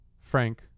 Frank